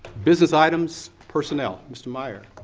business items, personnel. mr. meyer.